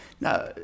Now